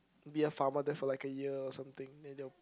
be a farmer there for like a year or something then they'll